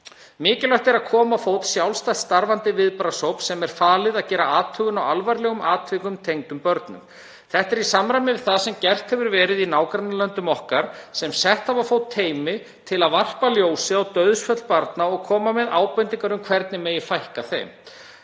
Mikilvægt er að koma á fót sjálfstætt starfandi viðbragðshóp sem er falið að gera athugun á alvarlegum atvikum tengdum börnum. Þetta er í samræmi við það sem gert hefur verið í nágrannalöndum okkar sem sett hafa á fót teymi til að varpa ljósi á dauðsföll barna og koma með ábendingar um hvernig megi fækka þeim.